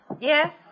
Yes